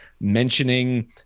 mentioning